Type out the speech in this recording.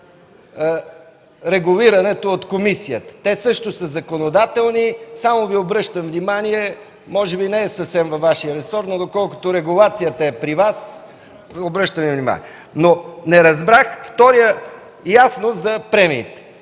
регулирането от комисията. Те също са законодателни. Само Ви обръщам внимание, може би не е съвсем във Вашия ресор, но доколкото регулацията е при Вас, Ви обръщам внимание. Ясно – за премиите,